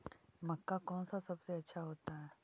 मक्का कौन सा सबसे अच्छा होता है?